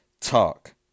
talk